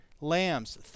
lambs